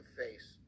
face